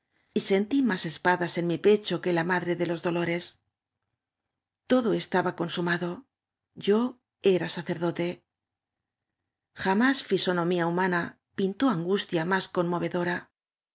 y nentí más espadas en mi pecho que la madre de los dolores todo estaba coosumado yo era sacerdote jamás flsonomía humana pintó angustia más conmovedora